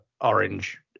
Orange